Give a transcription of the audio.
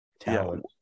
talent